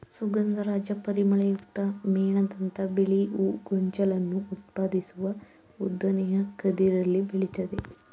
ಸುಗಂಧರಾಜ ಪರಿಮಳಯುಕ್ತ ಮೇಣದಂಥ ಬಿಳಿ ಹೂ ಗೊಂಚಲನ್ನು ಉತ್ಪಾದಿಸುವ ಉದ್ದನೆಯ ಕದಿರಲ್ಲಿ ಬೆಳಿತದೆ